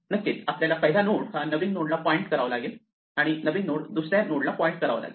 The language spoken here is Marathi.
नक्कीच आपल्याला पहिला नोड हा नवीन नोड ला पॉईंट करावा लागेल आणि नवीन नोड जुन्या दुसऱ्या नोडला पॉईंट करावा लागेल